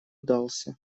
дался